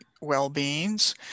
well-beings